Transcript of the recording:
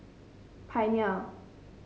pioneer